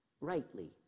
rightly